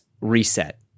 reset